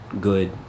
good